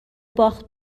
باخت